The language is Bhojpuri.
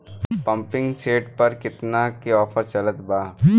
पंपिंग सेट पर केतना के ऑफर चलत बा?